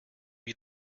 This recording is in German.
wie